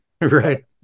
Right